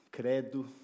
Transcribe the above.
Credo